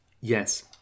Yes